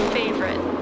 favorite